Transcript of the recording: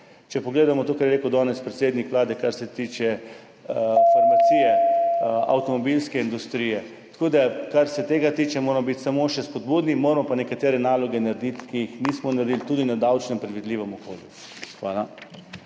če pogledamo to, kar je rekel danes predsednik Vlade, kar se tiče farmacije, avtomobilske industrije. Kar se tega tiče, moramo biti samo še spodbudni, moramo pa nekatere naloge narediti, ki jih nismo naredili, tudi na davčnem predvidljivem okolju. Hvala.